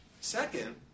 Second